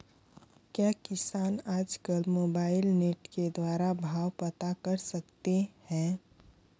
क्या किसान आज कल मोबाइल नेट के द्वारा भाव पता कर सकते हैं?